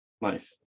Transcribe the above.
Nice